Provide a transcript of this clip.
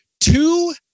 Two